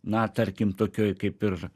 na tarkim tokioj kaip ir